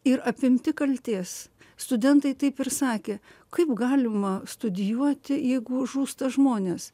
ir apimti kaltės studentai taip ir sakė kaip galima studijuoti jeigu žūsta žmonės